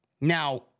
Now